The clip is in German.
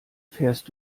fährst